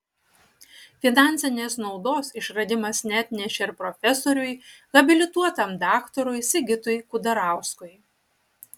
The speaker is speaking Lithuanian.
finansinės naudos išradimas neatnešė ir profesoriui habilituotam daktarui sigitui kudarauskui